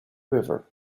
river